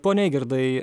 pone eigirdai